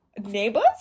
neighbors